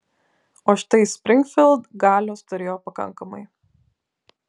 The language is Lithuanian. o štai springfild galios turėjo pakankamai